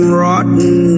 rotten